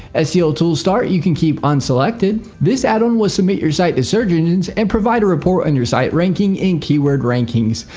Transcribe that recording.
ah seo tools start you can keep unselected. this addon will submit your site to search engines and provide a report on your site ranking and keyword rankings.